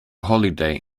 holiday